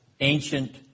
ancient